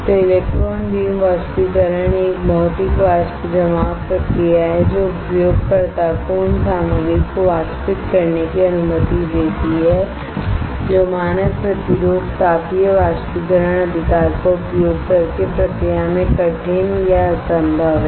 तो electron beam वाष्पीकरण एक भौतिक वाष्प जमाव प्रक्रिया है जो उपयोगकर्ता को उन सामग्री को वाष्पित करने की अनुमति देती है जो मानक प्रतिरोधक तापीय वाष्पीकरण अधिकार का उपयोग करके प्रक्रिया में कठिन या असंभव है